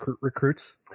recruits